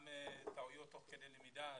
גם טעויות תוך כדי תנועה,